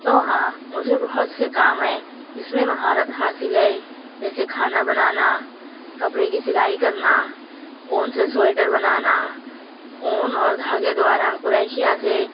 تو ہاں مجھے بہت سے کام ہیں جس میں مہارت حاصل ہے جیسے کھانا بنانا کپڑے کی سلائی کرنا اون سے سویٹر بنانا اون اور دھاگے دوارا کریشیہ سے